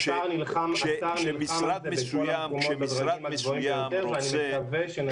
השר נלחם על זה ואני מקווה שנצליח.